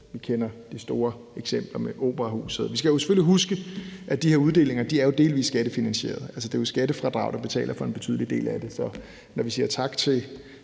Vi kender de store eksempler, bl.a. Operahuset. Vi skal selvfølgelig huske, at de her uddelinger er delvis skattefinansierede. Det er jo skattefradrag, der betaler for en betydelig del af det, så når vi siger tak til